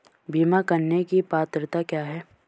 बीमा करने की पात्रता क्या है?